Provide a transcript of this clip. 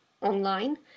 online